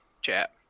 chat